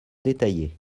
détaillée